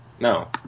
No